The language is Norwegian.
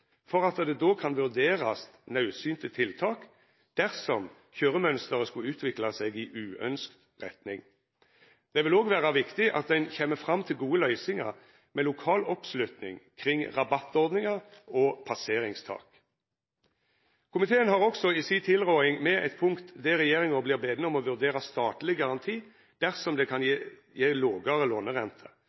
for at det då kan vurderast naudsynte tiltak dersom køyremønsteret skulle utvikla seg i uynskt retning. Det vil òg vera viktig at ein kjem fram til gode løysingar med lokal oppslutning kring rabattordningar og passeringstak. Komiteen har også i si tilråding med eit punkt der regjeringa blir beden om å vurdera statleg garanti dersom det kan gje lågare